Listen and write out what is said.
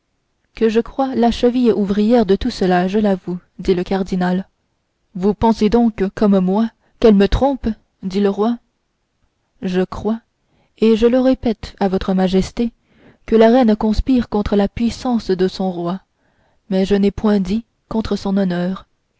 que je crois la cheville ouvrière de tout cela je l'avoue dit le cardinal vous pensez donc comme moi qu'elle me trompe dit le roi je crois et je le répète à votre majesté que la reine conspire contre la puissance de son roi mais je n'ai point dit contre son honneur